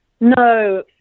no